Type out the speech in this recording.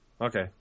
Okay